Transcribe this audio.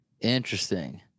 Interesting